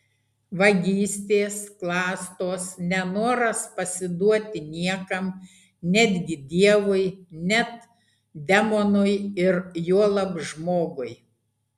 vagystės klastos nenoras pasiduoti niekam netgi dievui net demonui ir juolab žmogui